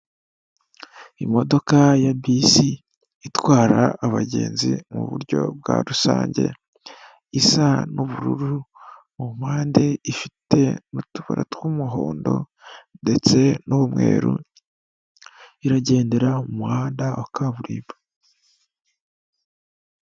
Imodoka ya bisi, itwara abagenzi mu buryo bwa rusange, isa n'ubururu, mu mpande ifite n'utubara tw'umuhondo, ndetse n'umweru, iragendera mu muhanda wa kaburimbo.